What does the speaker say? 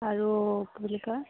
আৰু কি বুলি কয়